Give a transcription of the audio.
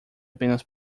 apenas